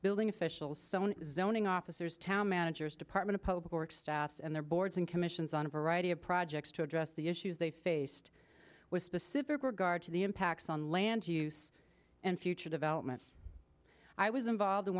building officials so on zoning officers town managers department staffs and their boards and commissions on a variety of projects to address the issues they faced with specific regard to the impacts on land use and future development i was involved